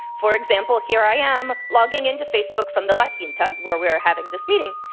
for example, here i am, logging in to facebook from the la quinta, where we are having this meeting,